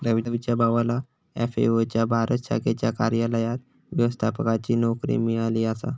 रवीच्या भावाला एफ.ए.ओ च्या भारत शाखेच्या कार्यालयात व्यवस्थापकाची नोकरी मिळाली आसा